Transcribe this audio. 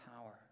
power